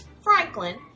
Franklin